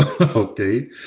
okay